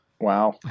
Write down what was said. Wow